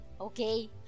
Okay